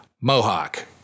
Mohawk